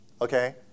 Okay